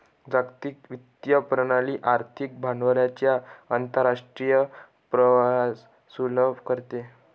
जागतिक वित्तीय प्रणाली आर्थिक भांडवलाच्या आंतरराष्ट्रीय प्रवाहास सुलभ करते